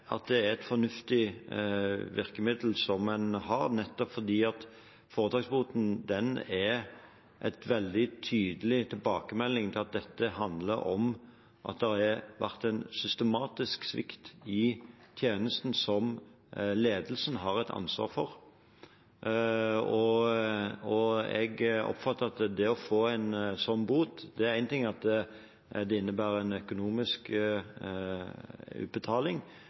at det er et fornuftig virkemiddel, som en har nettopp fordi foretaksboten er en veldig tydelig tilbakemelding. Dette handler om at det har vært en systematisk svikt i tjenesten som ledelsen har et ansvar for. Jeg oppfatter at får man en sånn bot, er det én ting at det innebærer en økonomisk utbetaling,